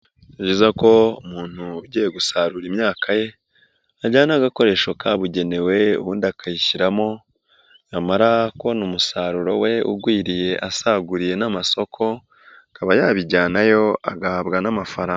Yavuze ko umuntu ugiye gusarura imyaka ye ajyana n'agakoresho kabugenewe ubundi akayishyiramo, yamara kubona umusaruro we ugwiriye asaguriye n'amasoko akaba yabijyanayo agahabwa n'amafaranga.